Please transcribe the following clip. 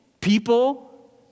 People